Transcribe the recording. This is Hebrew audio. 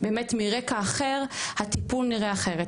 מרקע אחר, הטיפול נראה אחרת.